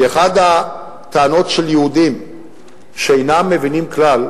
כי אחת הטענות של יהודים שאינם מבינים כלל,